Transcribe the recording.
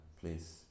please